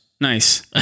Nice